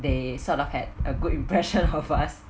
they sort of had a good impression of us